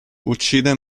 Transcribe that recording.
uccide